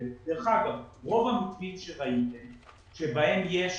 דרך אגב, רוב הדברים שראיתם שבהם יש,